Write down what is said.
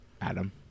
Adam